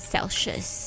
Celsius